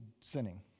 sinning